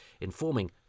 informing